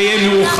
זה יהיה מאוחר,